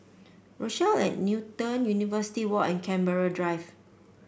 Rochelle at Newton University Walk and Canberra Drive